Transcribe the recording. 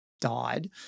died